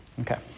Okay